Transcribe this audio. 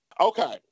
Okay